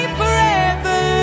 forever